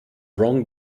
wrong